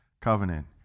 covenant